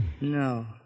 No